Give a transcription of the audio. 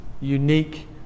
unique